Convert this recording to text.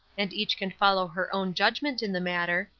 and each can follow her own judgment in the matter,